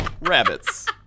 rabbits